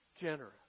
generous